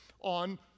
on